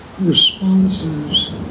responses